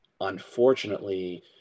unfortunately